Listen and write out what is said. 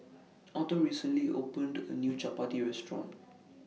Autumn recently opened A New Chappati Restaurant